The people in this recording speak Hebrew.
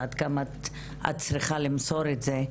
ועד כמה את צריכה למסור את זה.